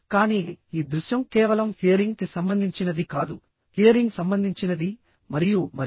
కానీ ఈ దృశ్యం కేవలం హియరింగ్ కి సంబంధించినది కాదు హియరింగ్ సంబంధించినది మరియు మరిన్ని